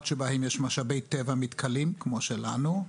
שבהם יש משאבי טבע מתכלים כמו שלנו.